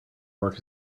work